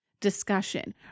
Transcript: discussion